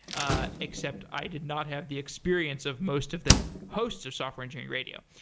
ah except i did not have the experience of most of the hosts of software engineering radio.